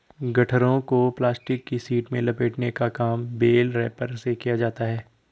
गट्ठरों को प्लास्टिक की शीट में लपेटने का काम बेल रैपर से किया जाता है